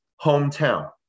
hometown